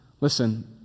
Listen